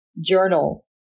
Journal